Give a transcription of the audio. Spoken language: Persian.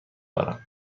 دارم